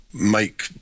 make